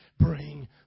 bring